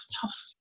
tough